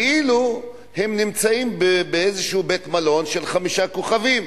כאילו הם נמצאים באיזשהו בית-מלון של חמישה כוכבים.